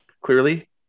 Clearly